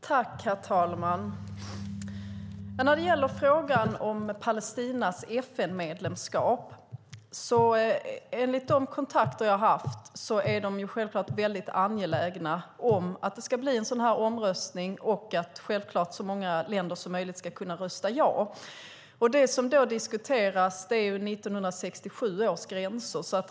Herr talman! När det gäller frågan om Palestinas FN-medlemskap: Enligt de kontakter jag haft är man självklart väldigt angelägen om att det ska bli en omröstning och givetvis att så många länder som möjligt kan rösta ja. Det som diskuteras är 1967 års gränser.